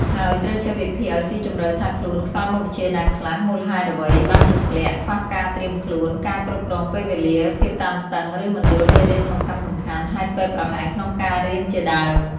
ហើយត្រូវចេះ វិភាគឲ្យស៊ីជម្រៅថាខ្លួនខ្សោយមុខវិជ្ជាណាខ្លះ មូលហេតុអ្វីបានជាធ្លាក់ ខ្វះការត្រៀមខ្លួន ការគ្រប់គ្រងពេលវេលា ភាពតានតឹង ឬមិនយល់មេរៀនសំខាន់ៗ ហើយធ្វេសប្រហែសក្នុងការរៀនជាដើម។